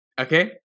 Okay